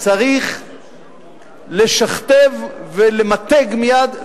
צריך לשכתב ולמתג מייד.